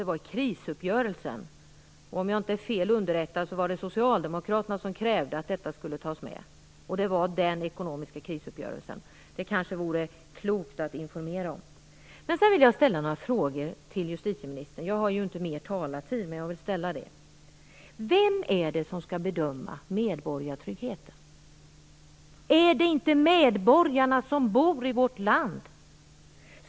Det var, om jag inte är fel underrättad, faktiskt Socialdemokraterna som i krisuppgörelsen krävde att detta skulle tas med. Det var den ekonomiska uppgörelsen. Det kanske det vore klokt att informera om det. Sedan vill jag ställa några frågor till justitieministern. Jag har ju inte mer talartid, men jag vill göra det ändå. Vem är det som skall bedöma medborgartryggheten? Är det inte medborgarna som bor i vårt land som skall göra det?